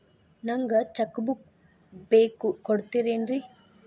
ನಂಗ cheque book ಬೇಕು ಕೊಡ್ತಿರೇನ್ರಿ?